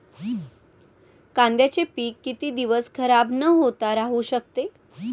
कांद्याचे पीक किती दिवस खराब न होता राहू शकते?